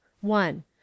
one